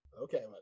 Okay